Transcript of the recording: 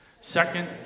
Second